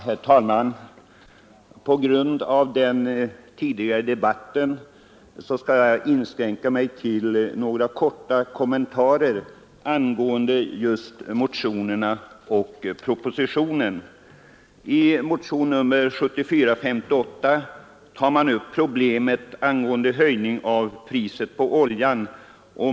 Herr talman! På grund av den tidigare debatten skall jag inskränka mig till några korta kommentarer till motionerna och propositionen. I motionen 58 tar man upp de problem som höjningen av oljepriset medfört.